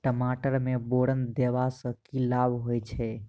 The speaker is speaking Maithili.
टमाटर मे बोरन देबा सँ की लाभ होइ छैय?